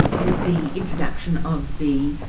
with the introduction of the